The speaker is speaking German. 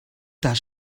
das